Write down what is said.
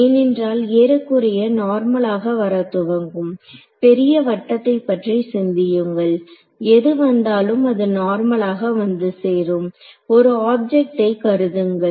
ஏனென்றால் ஏறக்குறைய நார்மலாக வரத் துவங்கும் பெரிய வட்டத்தைப் பற்றி சிந்தியுங்கள் எது வந்தாலும் அது நார்மலாக வந்து சேரும் ஒரு ஆப்ஜெக்ட்டை கருதுங்கள்